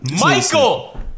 Michael